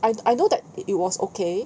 I I know that it it was okay